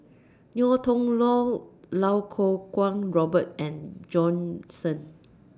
Ngiam Tong Dow Lau Kuo Kwong Robert and Bjorn Shen